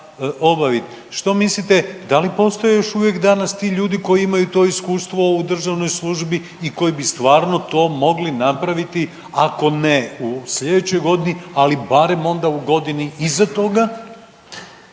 Što mislite, da li postoji još uvijek danas ti ljudi koji imaju to iskustvo u državnoj služi i koji bi stvarno to mogli napraviti ako ne u sljedećoj godini, ali barem onda u godini iza toga?